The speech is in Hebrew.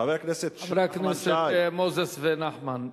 חבר הכנסת נחמן שי, חברי הכנסת מוזס ונחמן,